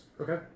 Okay